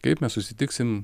kaip mes susitiksim